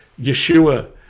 yeshua